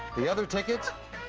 the other ticket.